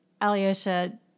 Alyosha